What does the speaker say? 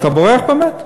אתה בורח באמת?